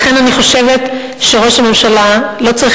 לכן אני חושבת שראש הממשלה לא צריך